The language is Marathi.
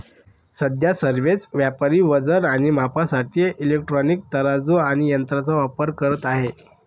सध्या सर्वच व्यापारी वजन आणि मापासाठी इलेक्ट्रॉनिक तराजू आणि यंत्रांचा वापर करत आहेत